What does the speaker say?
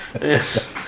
yes